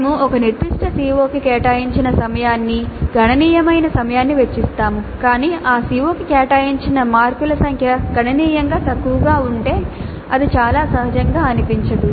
మేము ఒక నిర్దిష్ట CO కి కేటాయించిన సమయాన్ని గణనీయమైన సమయాన్ని వెచ్చిస్తాము కాని ఆ CO కి కేటాయించిన మార్కుల సంఖ్య గణనీయంగా తక్కువగా ఉంటే అది చాలా సహజంగా అనిపించదు